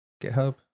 GitHub